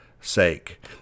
sake